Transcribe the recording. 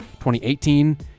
2018